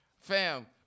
Fam